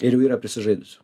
ir jų yra prisižaidusių